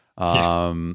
Yes